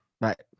Right